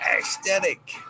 Aesthetic